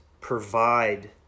provide